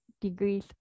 degrees